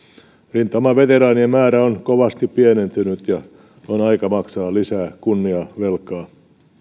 rintamaveteraanien määrä on kovasti pienentynyt ja on aika maksaa lisää kunniavelkaa